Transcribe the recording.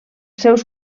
seus